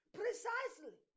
precisely